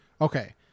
Okay